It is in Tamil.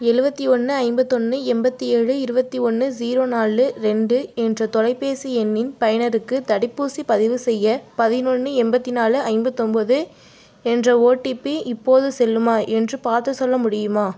எழுவத்தி ஒன்று ஐம்பத்தொன்று எண்பத்தி ஏழு இருவத்தி ஒன்று ஜீரோ நாலு ரெண்டு என்ற தொலைபேசி எண்ணின் பயனருக்கு தடுப்பூசி பதிவுசெய்ய பதினொன்று எண்பத்தி நாலு ஐம்பத்தொம்போது என்ற ஓடிபி இப்போது செல்லுமா என்று பார்த்து சொல்ல முடியுமா